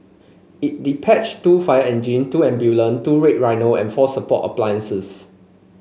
it dispatched two fire engine two ambulance two red rhino and four support appliances